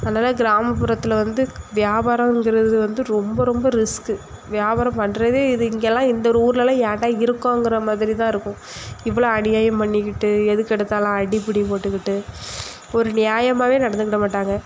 அதனால கிராமப்புறத்தில் வந்து வியாபாரங்கிறது வந்து ரொம்ப ரொம்ப ரிஸ்க்கு வியாபாரம் பண்ணுறதே இது இங்கேலாம் இந்த ஒரு ஊரில்லாம் ஏன்டா இருக்கோங்கிற மாதிரி தான் இருக்கும் இவ்வளோ அநியாயம் பண்ணிக்கிட்டு எதற்கெடுத்தாலும் அடிபுடி போட்டுக்கிட்டு ஒரு நியாயமாகவே நடந்துக்கிட மாட்டாங்க